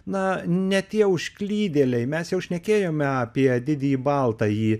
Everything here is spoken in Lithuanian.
na ne tie užklydėliai mes jau šnekėjome apie didįjį baltąjį